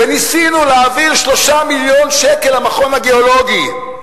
וניסינו להעביר 3 מיליון שקל למכון הגיאולוגי,